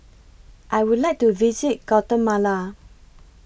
I Would like to visit Guatemala